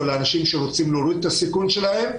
לאנשים שרוצים להוריד את הסיכון שלהם,